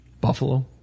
Buffalo